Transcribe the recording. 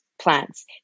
plants